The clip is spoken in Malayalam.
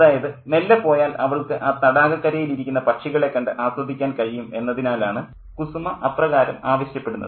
അതായത് മെല്ലെ പോയാൽ അവൾക്ക് ആ തടാകക്കരയിൽ ഇരിക്കുന്ന പക്ഷികളെ കണ്ട് ആസ്വദിക്കാൻ കഴിയും എന്നതിനാലാണ് കുസുമ അപ്രകാരം ആവശ്യപ്പെടുന്നത്